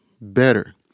better